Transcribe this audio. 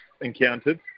encountered